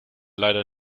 leider